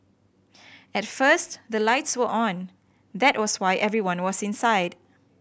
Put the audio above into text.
at first the lights were on that was why everyone was inside